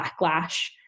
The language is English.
backlash